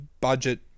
budget